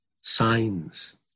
Signs